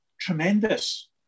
Tremendous